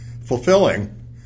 fulfilling